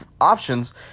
options